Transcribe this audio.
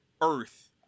earth